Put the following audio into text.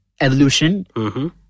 evolution